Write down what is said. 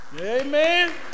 Amen